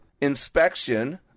Inspection